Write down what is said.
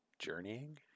Journeying